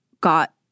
got